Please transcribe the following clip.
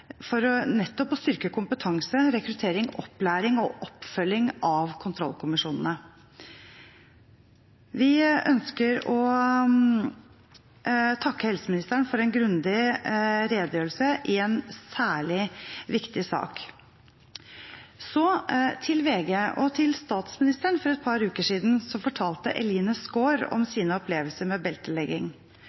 nettopp å styrke kompetanse, rekruttering, opplæring og oppfølging av kontrollkommisjonene. Vi ønsker å takke helseministeren for en grundig redegjørelse i en særlig viktig sak. Til VG og til statsministeren fortalte Eline Skår for et par uker siden om sine opplevelser med beltelegging.